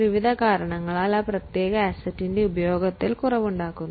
വിവിധ കാരണങ്ങളാൽ ഫിക്സഡ് അസ്സറ്റിന്റെ മൂല്യത്തിൽ കുറവുണ്ടാകുന്നു